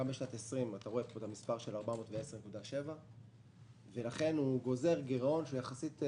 גם בשנת 20 אתה רואה את המספר של 410.7. לכן הוא גוזר גירעון נמוך יותר יחסית.